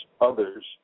others